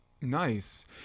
Nice